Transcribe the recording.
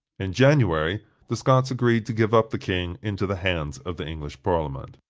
in january the scots agreed to give up the king into the hands of the english parliament.